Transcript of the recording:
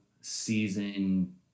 season